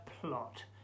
plot